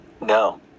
no